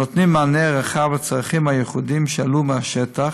נותנים מענה רחב לצרכים הייחודיים שעלו מהשטח,